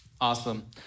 Awesome